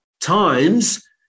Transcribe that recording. times